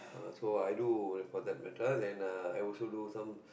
uh so i do for that matter then uh I also do some